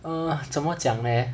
err 怎么讲 leh